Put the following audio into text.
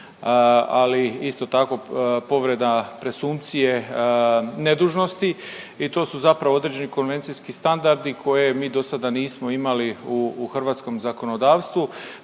ali isto tako povreda presumpcije nedužnosti i to su zapravo određeni konvencijski standardi koje mi dosada nismo imali u, u hrvatskom zakonodavstvu.